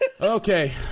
Okay